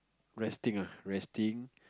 resting ah resting